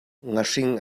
ngahring